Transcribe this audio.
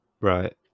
right